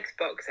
Xbox